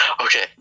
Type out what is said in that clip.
Okay